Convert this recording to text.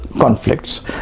conflicts